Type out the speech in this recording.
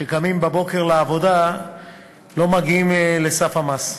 קמים בבוקר לעבודה ולא מגיעים לסף המס.